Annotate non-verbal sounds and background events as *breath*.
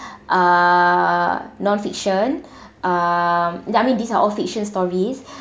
*breath* uh non-fiction *breath* um that I mean these are all fiction stories